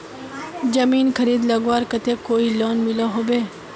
जमीन खरीद लगवार केते कोई लोन मिलोहो होबे?